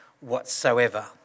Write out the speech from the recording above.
whatsoever